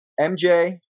MJ